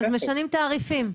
אז משנים תעריפים.